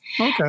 okay